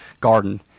garden